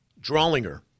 Drawlinger